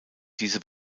diese